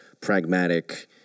pragmatic